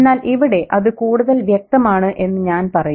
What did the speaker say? എന്നാൽ ഇവിടെ അത് കൂടുതൽ വ്യക്തമാണ് എന്ന് ഞാൻ പറയും